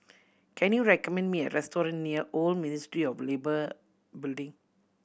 can you recommend me a restaurant near Old Ministry of Labour Building